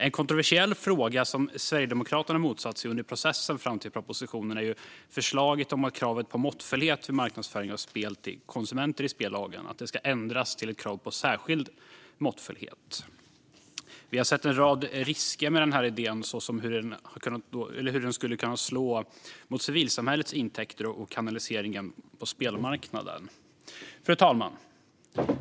En kontroversiell fråga som Sverigedemokraterna har motsatt sig under processen fram till propositionen är förslaget om att kravet på måttfullhet vid marknadsföring av spel till konsumenter i spellagen ska ändras till ett krav på särskild måttfullhet. Vi har sett en rad risker med denna idé och hur den skulle kunna slå mot civilsamhällets intäkter och kanaliseringen på spelmarknaden. Fru talman!